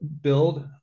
build